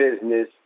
business